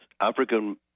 African